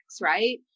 right